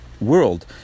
world